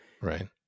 Right